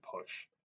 push